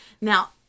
Now